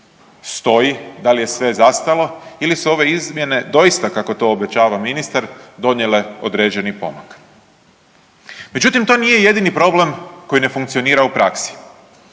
stoji, da li je sve zastalo ili su ove izmjene doista kako to obećava ministar donijele određeni pomak. Međutim, to nije jedini problem koji ne funkcionira u praksi.